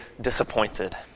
disappointed